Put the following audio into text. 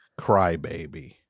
crybaby